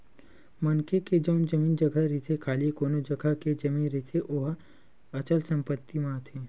मनखे के जउन जमीन जघा रहिथे खाली कोनो जघा के जमीन रहिथे ओहा अचल संपत्ति म आथे